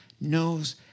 knows